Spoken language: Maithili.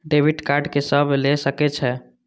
डेबिट कार्ड के सब ले सके छै?